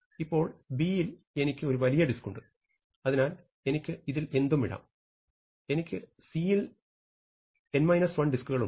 ഇപ്പോൾ B യിൽ എനിക്ക് ഒരു വലിയ ഡിസ്ക് ഉണ്ട് അതിനാൽ എനിക്ക് അതിൽ എന്തും ഇടാം എനിക്ക് C യിൽ n 1 ഡിസ്കുകൾ ഉണ്ട്